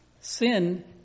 sin